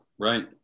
right